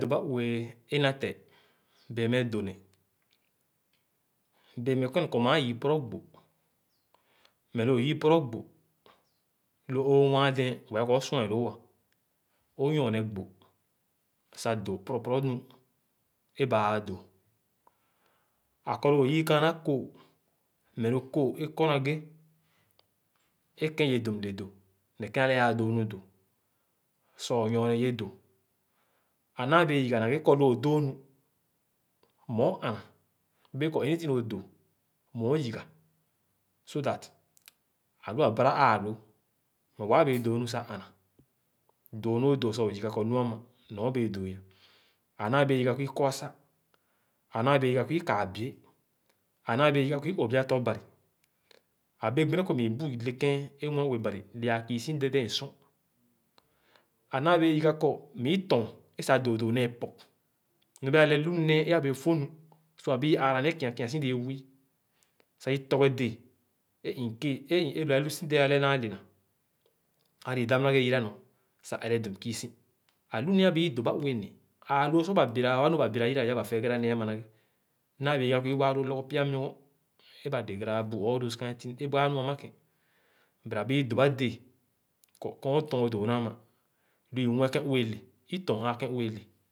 Adõbà ue é na tẽ bẽẽ meh dò ne bẽẽ meh kɔrne kɔr mãã yii pɔrɔ gbò, lõ õõ wah dɛ̃ɛ̃n, wɛ̃ɛ̃ kɔ. Õ sua lõõ-ã õ nyorne gbò sah dõõ pɔrɔ pɔrɔ nu é baa do Ã kɔ lõõ yii kããnà kooh, meh lõ kooh é kɔrnã ghe é kẽ ye dum le dõõ ne kè ãle ãã dõõ nu dõ sɔ õ nyorne yẽ dõõ. Ãnãã bẽẽ yiga na ghe kɔ lo õ dõõ nu meh õ ãnã. Bẽẽ kɔ anything õ dõõ meh õ yiga so that ãlu ã bãrã ããlõõ. But wãã bẽẽ dõõ mu sa ãnã. Dõõ nu õ dõõ sah õ yiga kɔ nu ãmã nɔɔ õ bẽẽ dõõ-ã. Ãnãã bẽẽ yiga kɔ meh ikɔ asà; ãnãã bẽẽ yiga kɔ i kàà bie; ãnãã bẽẽ yiga kɔi òbeà tɔ-Bari. Ãbẽẽ gbi tẽn kɔ, buù i le kèn é mue-ue Bari le-a ãã kiisi dɛdɛ̃ɛ̃n sor, ãnãã wẽẽ yiga kɔ meh i tɔɔn é sah dõõdõõ nẽẽ pɔp nɔr bẽẽ alè lu nẽẽ é ã bẽẽ fõh nu. Bẽẽ i ãã ããra nee kia kia si dẽẽ wii, sah i torghe dẽẽ é incase é lõ ã dẽẽ si alè nãã lẽna ali i dàp na ghe yira nɔɔ sah ẽrẽ dum kûsi. Ãlu nẽẽ abẽẽ meh dõba ue ne, ãã lõõ sor ba bira wa nu ba bira yira ya ba tẽgàrà nee ãmã na ghe, nãã bẽẽ yiga kɔ i wãã loo logo pya muogɔn é ba lègara bu all those kind thing è baa nu ãmã kè but ãbẽẽ dõba dẽẽ kɔrkɔɔn tɔɔn dõõ nàãma. Lõ i mue kẽ ue lè, i tɔɔn ãã kẽ ue lẽ.